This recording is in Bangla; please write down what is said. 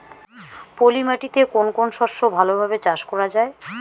পলি মাটিতে কোন কোন শস্য ভালোভাবে চাষ করা য়ায়?